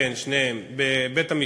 ו"כ.ח", כן, שניהם בבית-המשפט.